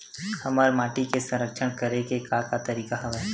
हमर माटी के संरक्षण करेके का का तरीका हवय?